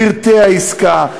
פרטי העסקה,